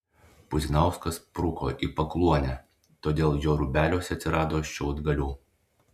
puzinauskas spruko į pakluonę todėl jo rūbeliuos atsirado šiaudgalių